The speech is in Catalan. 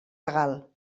legal